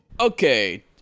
Okay